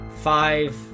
Five